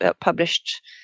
published